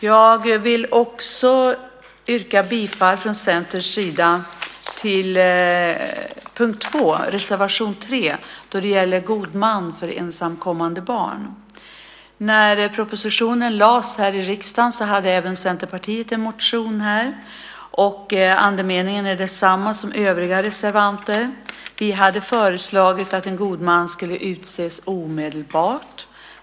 Jag vill från Centerns sida också yrka bifall till reservation 3 under punkt 2 som gäller god man för ensamkommande barn. När propositionen lades fram i riksdagen hade Centerpartiet en motion i detta ärende. Andemeningen är densamma som övriga reservanters. Vi hade föreslagit att en god man ska utses omedelbart.